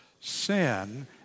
Sin